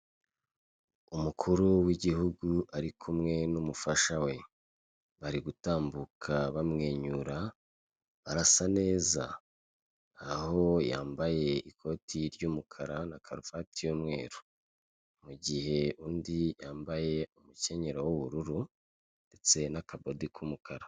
Ni inzu itangirwamo serivisi, iruhande hari uturarabyo hagati hari gutambukamo umugabo wambaye ishati y'ubururu, hirya gato hari abicaye bigaragara ko bategereje kwakirwa.